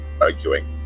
arguing